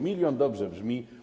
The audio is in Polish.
Milion dobrze brzmi.